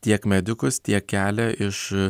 tiek medikus tiek kelią iš